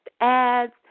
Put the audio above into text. ads